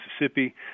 Mississippi